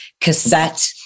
cassette